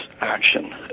action